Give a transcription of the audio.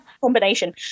combination